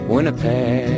Winnipeg